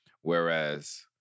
Whereas